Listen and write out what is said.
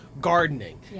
gardening